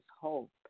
hope